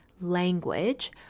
language